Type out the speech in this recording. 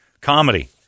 Comedy